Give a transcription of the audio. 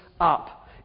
up